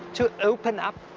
to open up,